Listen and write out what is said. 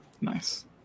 Nice